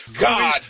God